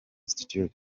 institute